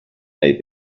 may